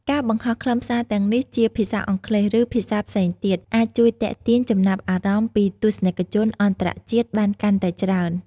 ការបង្ហោះខ្លឹមសារទាំងនេះជាភាសាអង់គ្លេស ឬភាសាផ្សេងទៀត អាចជួយទាក់ទាញចំណាប់អារម្មណ៍ពីទស្សនិកជនអន្តរជាតិបានកាន់តែច្រើន។